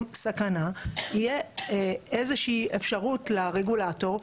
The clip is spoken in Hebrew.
סכנה יהיה איזה שהיא אפשרות לרגולטור.